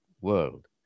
world